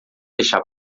deixar